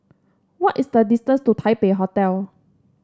what is the distance to Taipei Hotel